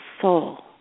soul